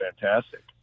fantastic